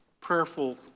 prayerful